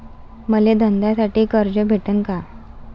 मले धंद्यासाठी कर्ज भेटन का?